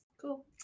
cool